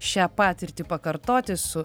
šią patirtį pakartoti su